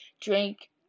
drink